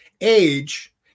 age